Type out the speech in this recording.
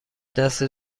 دست